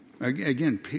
Again